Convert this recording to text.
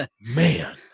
Man